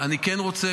אני כן רוצה,